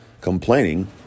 complaining